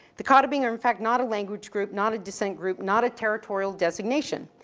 the katabing are in fact not a language group, not a descent group, not a territorial designation.